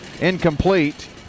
Incomplete